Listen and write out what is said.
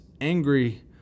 angry